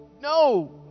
No